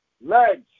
legs